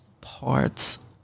parts